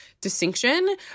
distinction